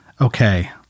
Okay